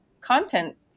content